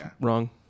Wrong